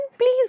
please